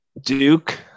Duke